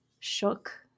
Shook